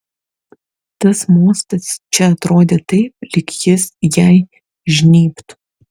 tas mostas čia atrodė taip lyg jis jai žnybtų